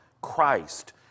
Christ